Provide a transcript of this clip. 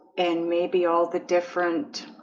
and maybe all the different